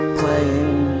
playing